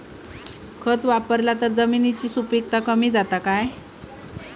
खत वापरला तर जमिनीची सुपीकता कमी जाता काय?